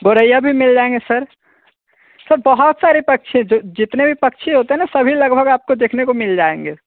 गोरैया भी मिल जाएँगे सर सर बहुत सारे पक्षी है जितने भी पक्षी होते हैं ना सभी लगभग आप को देखने को मिल जाएँगे